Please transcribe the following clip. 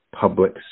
public